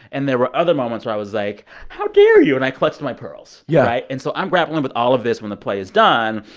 and there were other moments where i was like, how dare you? and i clutched my pearls yeah right? and so i'm grappling with all of this when the play is done.